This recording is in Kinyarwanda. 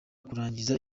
kurangiza